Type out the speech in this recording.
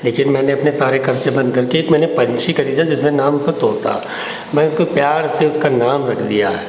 लेकिन मैंने अपने सारे खर्चे बन्द करके एक मैंने पक्षी खरीदा जिसने नाम उसका तोता मैंने उसकाे प्यार से उसका नाम रख दिया